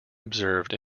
observed